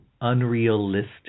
unrealistic